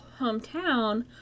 hometown